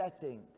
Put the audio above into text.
setting